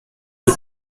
you